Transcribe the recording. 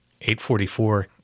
844